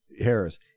Harris